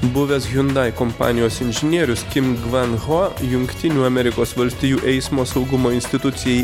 buvęs hiundai kompanijos inžinierius kim gvan ho jungtinių amerikos valstijų eismo saugumo institucijai